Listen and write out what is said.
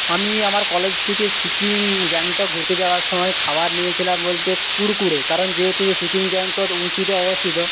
আমি আমার কলেজ থেকে সিকিম গ্যাংটক ঘুরতে যাওয়ার সময় খাবার নিয়েছিলাম বলতে কুরকুরে কারণ যেহেতু সিকিম গ্যাংটক উঁচুতে অবস্থিত